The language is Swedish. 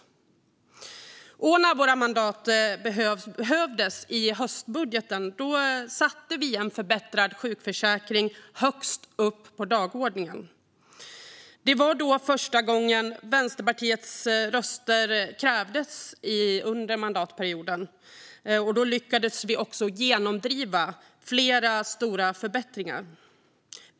När våra mandat behövdes i höstbudgeten satte vi en förbättrad sjukförsäkring högst upp på dagordningen. Det var första gången Vänsterpartiets röster krävdes under mandatperioden, och då lyckades vi också genomdriva flera stora förbättringar.